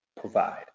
provide